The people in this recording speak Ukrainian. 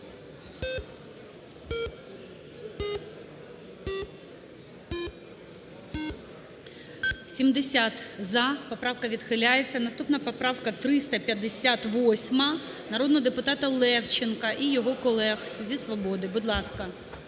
За-70 Поправка відхиляється. Наступна, поправка 358-а народного депутата Левченка і його колег зі "Свободи". Будь ласка.